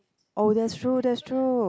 oh that's true that's true